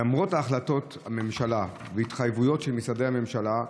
למרות החלטות הממשלה והתחייבויות של משרדי הממשלה,